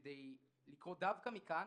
כדי לקרוא דווקא מכאן